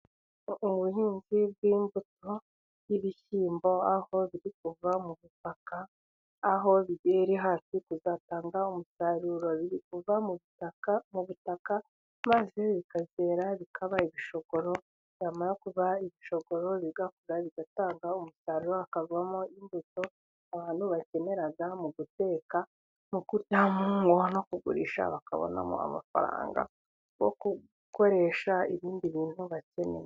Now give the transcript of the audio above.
Ubuhinzi bw'imbuto y'ibishyimbo aho biri kuva mu butaka, aho biri hafi kuzatanga umusaruro uva mu butaka, mu butaka maze bikazera bikaba ibishogororo, byamara kubaha ibishogoro bigakora bigatanga umusaruro hakavamo imbuto abantu bakenera, mu guteka no kuta no kugurisha bakabonamo amafaranga yo gukoresha ibindi bintu bakeneye.